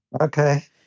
Okay